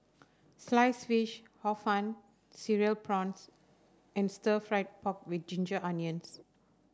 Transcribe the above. Sliced Fish Hor Fun Cereal Prawns and Stir Fried Pork with Ginger Onions